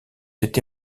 été